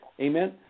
amen